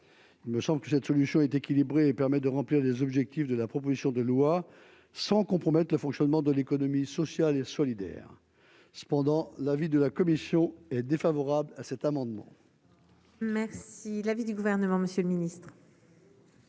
il me semble que cette solution est équilibrée et permet de remplir les objectifs de la proposition de loi sans compromettre le fonctionnement de l'économie sociale et solidaire, cependant l'avis de la commission est défavorable à cet amendement. Merci l'avis du gouvernement, Monsieur le Ministre.